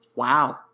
Wow